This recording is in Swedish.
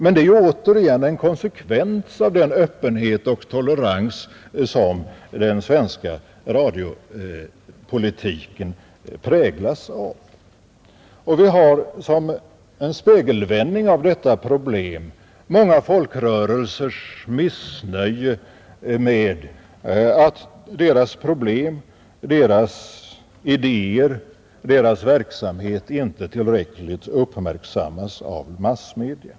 Men det är återigen en konsekvens av den öppenhet och tolerans som den svenska radiopolitiken präglas av. Vi har som en spegelvändning av detta problem många folkrörelsers missnöje med att deras problem, deras idéer och deras verksamhet inte tillräckligt uppmärksammas av massmedia.